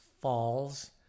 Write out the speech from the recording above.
falls